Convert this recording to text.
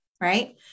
right